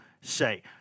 say